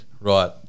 Right